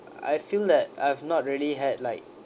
I feel that I've not really had like